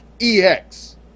EX